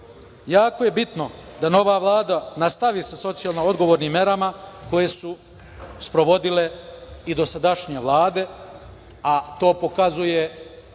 Jako je bitno da nova Vlada nastavi sa socijalno odgovornim merama koje su sprovodile i dosadašnje Vlade, a to pokazuje i